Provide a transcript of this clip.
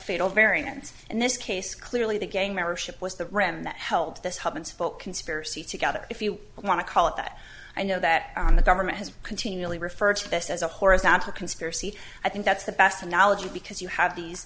fatal variance in this case clearly the gang membership was the ram that held this hub and spoke conspiracy together if you want to call it that i know that the government has continually referred to this as a horizontal conspiracy i think that's the best analogy because you have these